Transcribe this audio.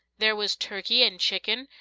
there was turkey and chicken,